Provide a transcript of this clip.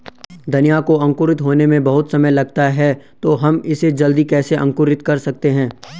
धनिया को अंकुरित होने में बहुत समय लगता है तो हम इसे जल्दी कैसे अंकुरित कर सकते हैं?